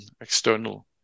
external